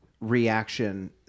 reaction